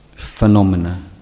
Phenomena